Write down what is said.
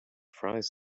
fries